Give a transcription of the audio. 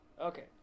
Okay